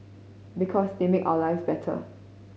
because they make our lives better